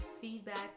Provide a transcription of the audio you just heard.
Feedback